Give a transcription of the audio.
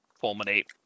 Fulminate